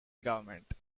government